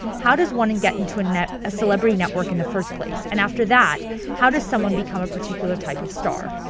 how does one and get into a net, a celebrity network in the first place and after that how does someone become a particular type of star?